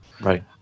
Right